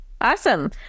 Awesome